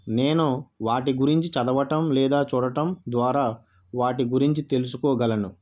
నేను వాటి గురించి చదవడం లేదా చూడటం ద్వారా వాటి గురించి తెలుసుకోగలను